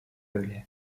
öyle